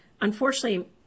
unfortunately